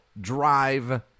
Drive